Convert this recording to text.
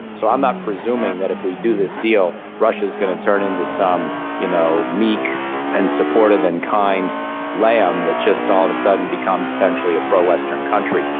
so i'm not presuming that if we do this deal, russia is going to turn into some you know meek and supportive and kind lamb that just all of a sudden becomes essentially a pro-western country.